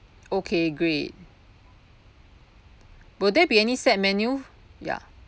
okay great will there be any set menu ya